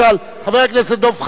חבר הכנסת דב חנין,